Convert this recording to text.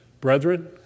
Brethren